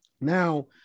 Now